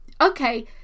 okay